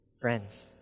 Friends